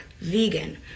vegan